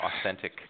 authentic